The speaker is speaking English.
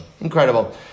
incredible